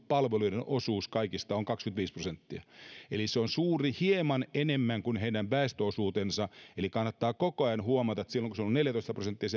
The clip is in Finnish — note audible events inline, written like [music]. [unintelligible] palveluiden osuus kaikista on kaksikymmentäviisi prosenttia eli se on suuri hieman enemmän kuin heidän väestöosuutensa kannattaa koko ajan huomata että silloin kun se väestöosuus on ollut neljätoista prosenttia [unintelligible]